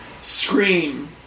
scream